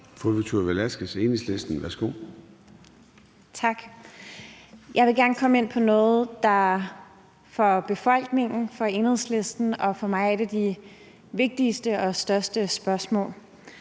Victoria Velasquez (EL): Tak. Jeg vil gerne komme ind på noget, der for befolkningen, for Enhedslisten og for mig er et af de vigtigste og største spørgsmål.